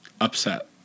Upset